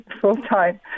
full-time